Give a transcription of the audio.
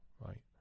right